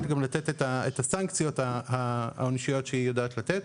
את הסנקציות העונשיות שהיא יודעת לתת.